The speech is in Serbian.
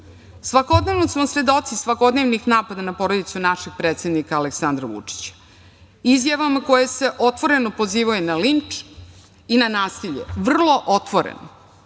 evidentna. Svakodnevno smo svedoci svakodnevnih napada na porodicu našeg predsednika Aleksandra Vučića, izjavama koje se otvoreno pozivaju na linč i na nasilje, vrlo otvoreno.